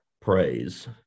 praise